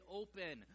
open